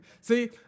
See